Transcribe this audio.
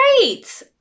great